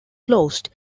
closed